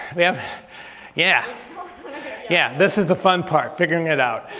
yeah yeah. yeah this is the fun part, figuring it out.